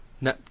no